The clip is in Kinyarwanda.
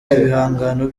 ibihangano